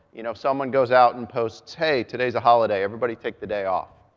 you know, someone goes out and posts, hey, today's a holiday. everybody take the day off.